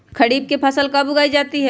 खरीफ की फसल कब उगाई जाती है?